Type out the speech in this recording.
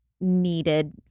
needed